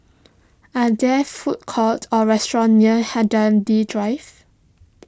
are there food courts or restaurants near Hindhede Drive